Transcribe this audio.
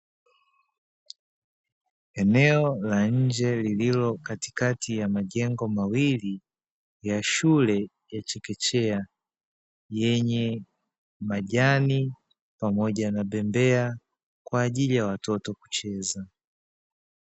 Eneo la nje lililo katikati ya majengo mawili ya shule ya chekechea, yenye majani pamoja na bembea kwa ajili ya watoto kucheza.